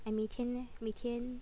I 每天 eh 每天